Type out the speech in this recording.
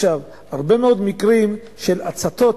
הרבה מאוד מקרים של הצתות,